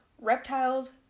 reptiles